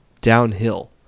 downhill